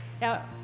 Now